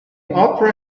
opera